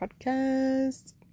podcast